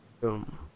Boom